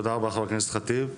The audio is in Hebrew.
תודה רבה, חברת הכנסת ח'טיב.